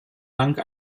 lang